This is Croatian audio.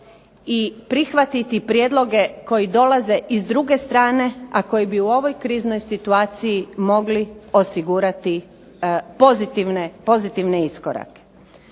i prihvatiti prijedloge koji dolaze iz druge strane, a koji bi u ovoj kriznoj situaciji mogli osigurati pozitivne iskorake.